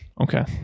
Okay